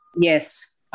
Yes